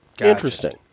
Interesting